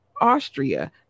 Austria